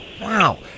Wow